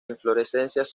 inflorescencias